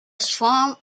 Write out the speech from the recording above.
swarm